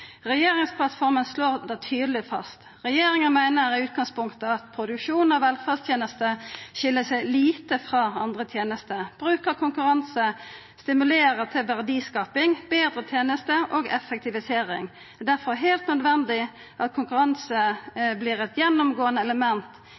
Regjeringsplattforma slår det tydeleg fast: «Regjeringen mener i utgangspunktet at produksjon av velferdstjenester skiller seg lite fra andre tjenester. Bruk av konkurranse stimulerer til verdiskaping, bedre tjenester og effektivisering. Det er derfor helt nødvendig at konkurranse blir et gjennomgående element